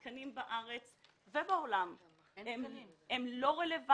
התקנים בארץ ובעולם לא רלוונטיים,